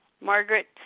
Margaret